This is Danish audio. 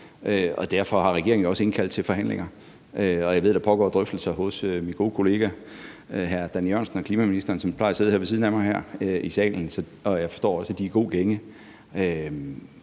derfor har regeringen jo også indkaldt til forhandlinger, og jeg ved, at der pågår drøftelser hos min gode kollega klimaministeren, som plejer at sidde her ved siden af mig i salen. Jeg forstår også, at de er i god gænge.